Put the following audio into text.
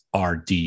RD